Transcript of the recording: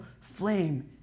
flame